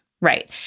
right